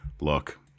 look